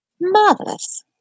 Marvelous